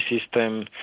system